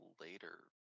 later